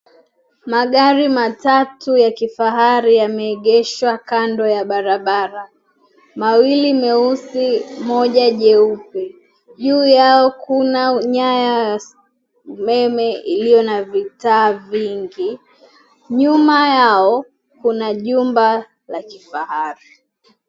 Magari matatu ya kifahari yameegeshwa kando ya barabara. Mawili meusi, moja jeupe. Juu yao kuna nyaya ya umeme iliyo na vitaa vingi. Nyuma yao kuna jumba la kifahari.